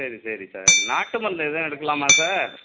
சரி சரி சார் நாட்டு மருந்து எதுவும் எடுக்கலாமா சார்